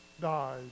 died